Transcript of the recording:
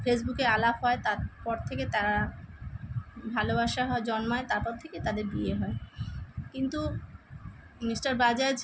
ফেসবুকে আলাপ হয় তারপর থেকে তারা ভালোবাসা জন্মায় তারপর থেকে তাদের বিয়ে হয় কিন্তু মিস্টার বাজাজ